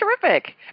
terrific